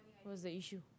what's the issue